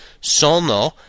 Sono